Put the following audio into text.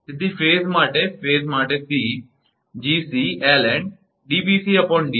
તેથી ફેઝ માટે phase 𝑐 𝐺𝑐ln𝐷𝑏𝑐𝐷𝑐𝑎